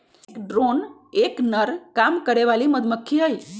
एक ड्रोन एक नर काम करे वाली मधुमक्खी हई